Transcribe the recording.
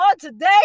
today